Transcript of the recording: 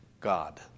God